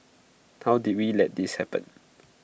how did we let this happen